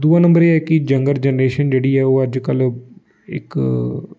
दूआ नम्बर एह् ऐ कि यंगर जनरेशन जेह्ड़ी ऐ ओह् अज्जकल इक